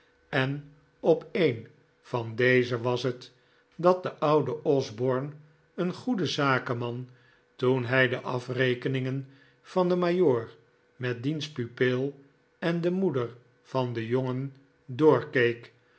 en op een van deze was het dat de oude osborne een goed zakenman toen hij de afrekeningen van den majoor met diens pupil en de moeder van den jongen